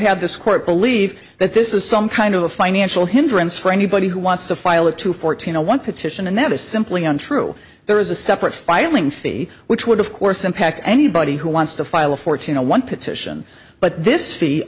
have this court believe that this is some kind of a financial hindrance for anybody who wants to file a two fourteen zero one petition and that is simply untrue there is a separate filing fee which would of course impact anybody who wants to file a fourteen one petition but this